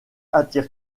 attire